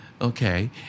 okay